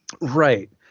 Right